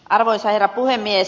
arvoisa herra puhemies